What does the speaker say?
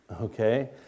Okay